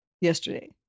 Yesterday